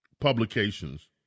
publications